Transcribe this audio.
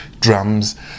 drums